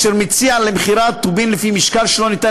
אשר מציע למכירה טובין לפי משקל שלא ניתן